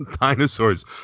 dinosaurs